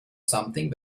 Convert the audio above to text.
something